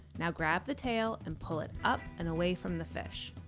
now grab the tail and pull it up and away from the fish.